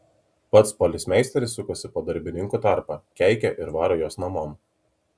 pats policmeisteris sukasi po darbininkų tarpą keikia ir varo juos namon